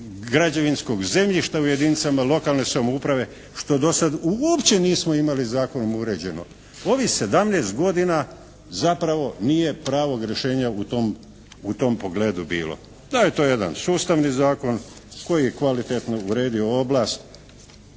građevinskog zemljišta u jedinicama lokalne samouprave što do sada uopće nismo imali zakonom uređeno. Ovih 17 godina zapravo nije pravog rješenja u tom pogledu bilo. Da je to jedan sustavni zakon koji je kvalitetno uredio oblast,